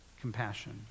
compassion